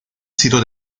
sido